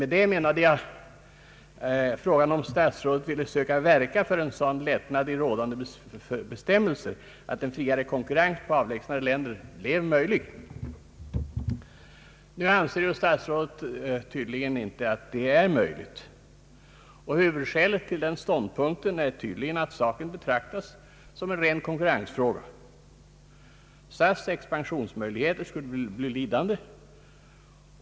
Jag frågade alltså om statsrådet ville söka verka för en sådan lättnad i rådande bestämmelser att en friare konkurrens på avlägsnare länder blev möjligt. Nu anser statsrådet tydligen att det inte är möjligt. Huvudskälet till den ståndpunkten är uppenbarligen att saken betraktas som en ren konkurrensfråga. SAS:s expansionsmöjligheter skulle bli lidande.